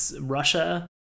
Russia